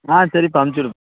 ஆ சரிப்பா அனுப்பிச்சுடுப்